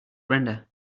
brenda